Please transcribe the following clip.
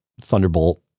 Thunderbolt